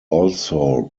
also